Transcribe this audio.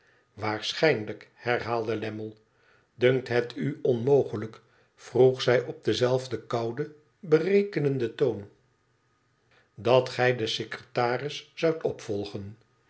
waarschijnlijk herhaalde lammie dunkt het u onmogelijk vroeg zij op denzelfden kouden berekependen toon dat gij den secretaris zoudt opvolgen